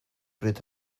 bryd